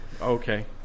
Okay